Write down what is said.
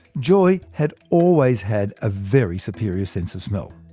joy had always had a very superior sense of smell.